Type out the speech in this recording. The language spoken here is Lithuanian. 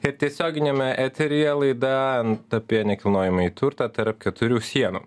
ir tiesioginiame eteryje laida apie nekilnojamąjį turtą tarp keturių sienų